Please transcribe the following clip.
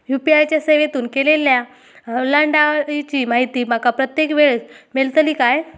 UPI च्या सेवेतून केलेल्या ओलांडाळीची माहिती माका प्रत्येक वेळेस मेलतळी काय?